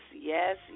yes